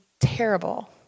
terrible